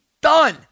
done